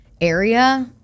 area